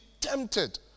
tempted